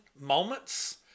moments